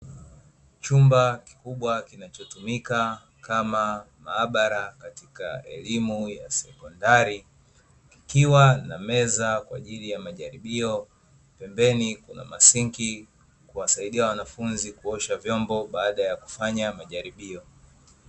Chumba kikubwa kinachotumika kama maabara katika elimu ya sekondari, ikiwa na meza kwa ajili ya majaribio, pembeni kuna masinki kuwasaidia wanafunzi kuosha vyombo baada ya kufanya majaribio.